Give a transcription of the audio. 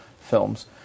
films